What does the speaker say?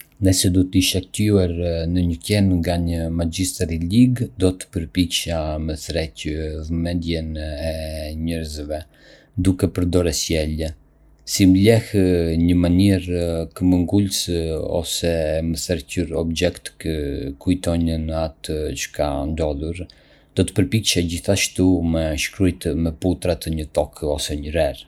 Nëse do të isha kthyer në një qen nga një magjistar i lig, do të përpiqesha me tërheqë vëmendjen e njerëzve duke përdorë sjellje, si me lehë në mënyrë këmbëngulëse ose me tërhequr objekte që kujtojnë atë që ka ndodhur. Do të përpiqesha gjithashtu me shkrujtë me putrat në tokë ose në rërë.